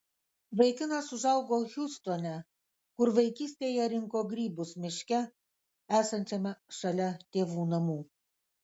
vaikinas užaugo hjustone kur vaikystėje rinko grybus miške esančiame šalia tėvų namų